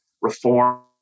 reform